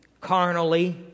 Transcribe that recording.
carnally